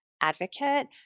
advocate